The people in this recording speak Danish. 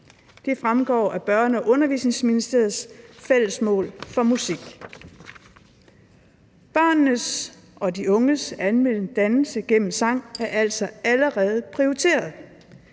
Det fremgår af Børne- og Undervisningsministeriets fællesmål for musik. Børnenes og de unges almene dannelse gennem sang er altså allerede prioriteret.